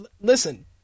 listen